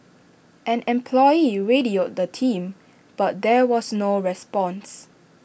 an employee radioed the team but there was no response